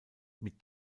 mit